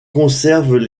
conservent